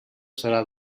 serà